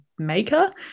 maker